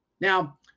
Now